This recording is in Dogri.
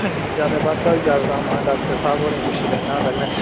नेईं जैदा बाद्धा होई जाह्ग ता महां डाक्टर साह्ब होरें ई पुच्छी लैन्ना पैह्लें